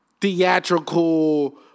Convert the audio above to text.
Theatrical